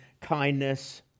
kindness